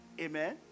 Amen